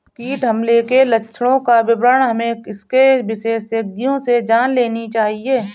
कीट हमले के लक्षणों का विवरण हमें इसके विशेषज्ञों से जान लेनी चाहिए